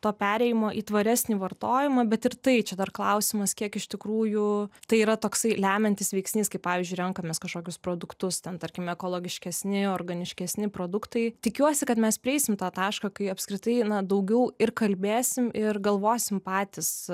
to perėjimo į tvaresnį vartojimą bet ir tai čia dar klausimas kiek iš tikrųjų tai yra toksai lemiantis veiksnys kaip pavyzdžiui renkamės kažkokius produktus ten tarkim ekologiškesni organiškesni produktai tikiuosi kad mes prieisim tą tašką kai apskritai na daugiau ir kalbėsim ir galvosim patys